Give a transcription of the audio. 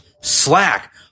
Slack